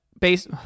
base